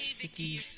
Vicky